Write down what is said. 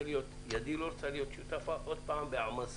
אבל ידי לא רוצה להיות שותפה עוד פעם בהעמסה,